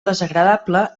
desagradable